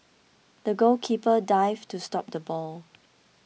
the goalkeeper dived to stop the ball